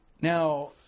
now